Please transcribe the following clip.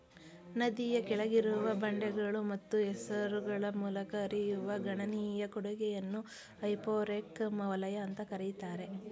ನದಿಯ ಕೆಳಗಿರುವ ಬಂಡೆಗಳು ಮತ್ತು ಕೆಸರುಗಳ ಮೂಲಕ ಹರಿಯುವ ಗಣನೀಯ ಕೊಡುಗೆಯನ್ನ ಹೈಪೋರೆಕ್ ವಲಯ ಅಂತ ಕರೀತಾರೆ